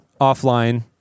offline